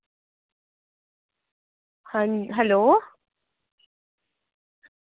hello